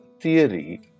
theory